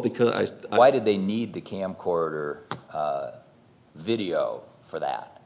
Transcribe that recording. because why did they need the camcorder video for that